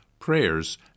prayers